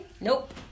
Nope